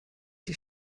die